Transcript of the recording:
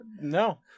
no